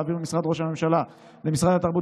להעביר ממשרד ראש הממשלה למשרד התרבות